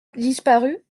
disparu